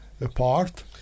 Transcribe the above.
apart